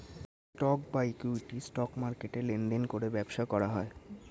stock বা equity, stock মার্কেটে লেনদেন করে ব্যবসা করা হয়